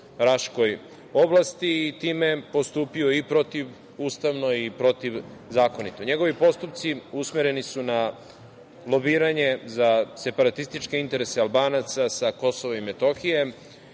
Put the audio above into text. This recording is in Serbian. Raškoj oblasti i time postupio i protivustavno i protivzakonito. Njegovi postupci usmereni su na lobiranje za separatističke interese Albanaca sa Kosova i Metohije